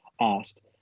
asked